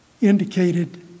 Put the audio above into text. indicated